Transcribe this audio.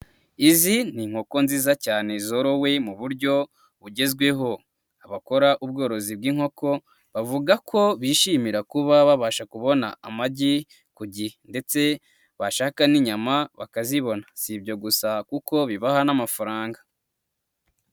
Izi ni inkoko nziza cyane zorowe mu buryo bugezweho, abakora ubworozi bw'inkoko bavuga ko bishimira kuba babasha kubona amagi ku gihe, ndetse bashaka n'inyama bakazibona. Si ibyo gusa kuko bibaha n'amafaranga.